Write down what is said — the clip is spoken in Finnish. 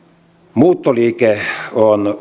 muuttoliike on